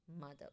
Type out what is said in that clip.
mother